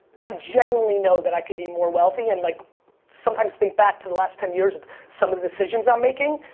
i genuinely know that i could be more wealthy, and like sometimes think back to the last ten years of some of the decisions i'm making.